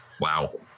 wow